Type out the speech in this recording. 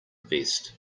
vest